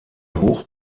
hoch